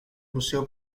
museo